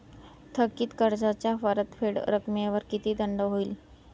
थकीत कर्जाच्या परतफेड रकमेवर किती दंड होईल?